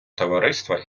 товариства